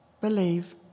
believe